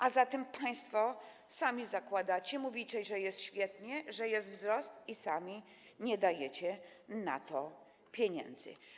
A zatem państwo sami zakładacie, mówicie, że jest świetnie, że jest wzrost, i sami nie dajecie na to pieniędzy.